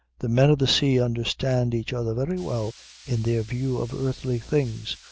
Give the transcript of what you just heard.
the men of the sea understand each other very well in their view of earthly things,